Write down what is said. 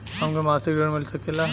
हमके मासिक ऋण मिल सकेला?